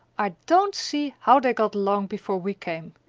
i don't see how they got along before we came.